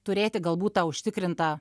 turėti galbūt tą užtikrintą